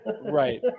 Right